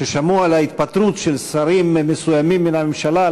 ששמעו על ההתפטרות של שרים מסוימים מן הממשלה,